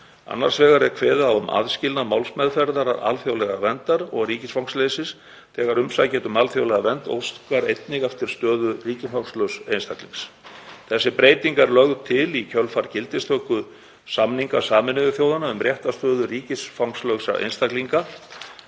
Annars vegar er kveðið á um aðskilnað málsmeðferðar alþjóðlegrar verndar og ríkisfangsleysis þegar umsækjandi um alþjóðlega vernd óskar einnig eftir stöðu ríkisfangslauss einstaklings. Þessi breyting er lögð til í kjölfar gildistöku samninga Sameinuðu þjóðanna um réttarstöðu ríkisfangslausra einstaklinga